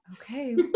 okay